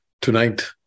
tonight